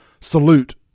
salute